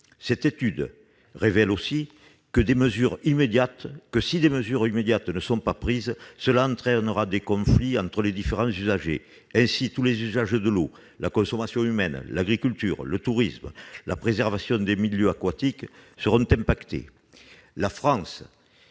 Cette étude révèle aussi que, si des mesures immédiates ne sont pas prises, cela entraînera des conflits entre les différents usagers. Ainsi, tous les usages de l'eau, c'est-à-dire la consommation humaine, l'agriculture, le tourisme, la préservation des milieux aquatiques, seront affectés.